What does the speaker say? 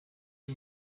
ari